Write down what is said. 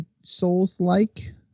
Souls-like